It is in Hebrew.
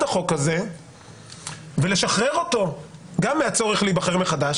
החוק הזה ולשחרר אותו גם מהצורך להיבחר מחדש,